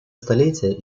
столетие